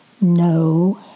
No